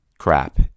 crap